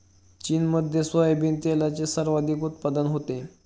चीनमध्ये सोयाबीन तेलाचे सर्वाधिक उत्पादन होते